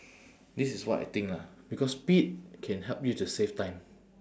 this is what I think lah because speed can help you to save time